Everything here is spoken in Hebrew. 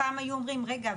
פעם היו אומרים: רגע,